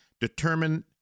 determine